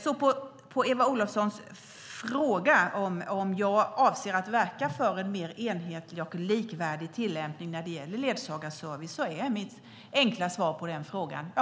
På Eva Olofssons fråga om jag avser att verka för en mer enhetlig och likvärdig tillämpning av ledsagarservice är mitt enkla svar: Ja.